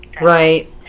Right